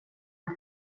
att